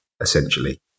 essentially